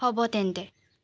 হ'ব তেন্তে